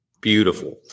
Beautiful